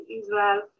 Israel